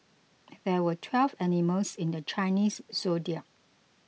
there were twelve animals in the Chinese zodiac